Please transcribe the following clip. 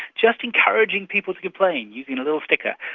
just encouraging people to complain you know little sticker,